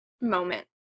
moment